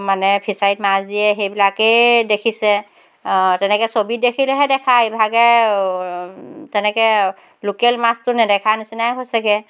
মানে ফিছাৰীত মাছ দিয়ে সেইবিলাকেই দেখিছে তেনেকৈ ছবিত দেখিলেহে দেখা ইভাগে তেনেকৈ লোকেল মাছটো নেদেখা নিচিনাই হৈছেগৈ